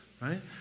right